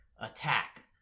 attack